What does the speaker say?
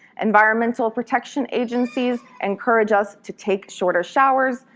environmental protection agencies encourage us to take shorter showers,